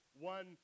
one